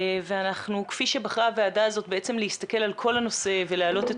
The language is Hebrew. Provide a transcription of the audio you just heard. כפי שבחרה הוועדה הזאת להסתכל על כל הנושא ולהעלות את